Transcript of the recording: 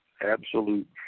absolute